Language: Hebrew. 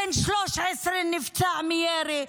בן 13 נפצע מירי,